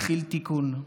מתחיל תיקון.